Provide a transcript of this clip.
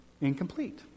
incomplete